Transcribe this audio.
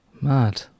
mad